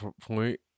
point